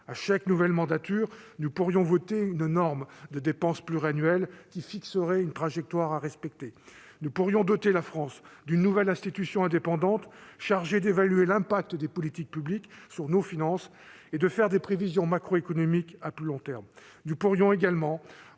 à chaque nouvelle mandature, nous pourrions voter une norme de dépense pluriannuelle qui fixerait une trajectoire à respecter ; nous pourrions doter la France d'une nouvelle institution indépendante chargée d'évaluer l'impact des politiques publiques sur nos finances et de faire des prévisions macroéconomiques à plus long terme